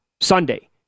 Sunday